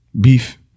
beef